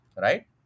Right